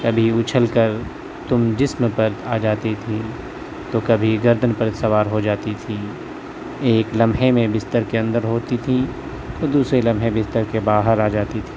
کبھی اچھل کر تم جسم پر آجاتی تھی تو کبھی گردن پر سوار ہوجاتی تھی ایک لمحے میں بستر کے اندر ہوتی تھی تو دوسرے لمحے بستر کے باہر آجاتی تھی